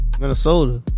Minnesota